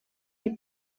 die